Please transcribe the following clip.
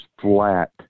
flat